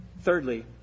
Thirdly